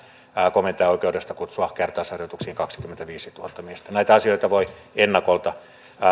komentajan oikeudesta kutsua kertausharjoituksiin kaksikymmentäviisituhatta miestä näitä asioita voi ennakolta